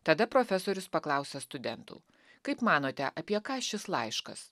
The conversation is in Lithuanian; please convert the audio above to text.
tada profesorius paklausia studentų kaip manote apie ką šis laiškas